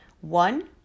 One